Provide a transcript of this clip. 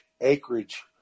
acreage